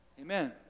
Amen